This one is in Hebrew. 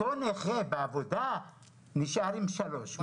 אותו נכה בעבודה נשאר עם 3,000 שקלים.